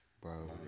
Bro